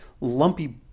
lumpy